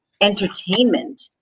entertainment